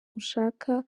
ushaka